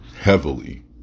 Heavily